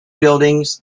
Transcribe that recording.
buildings